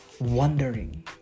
wondering